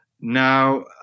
Now